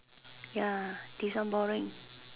ya this one boring